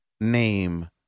name